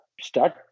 start